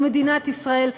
ומדינת ישראל,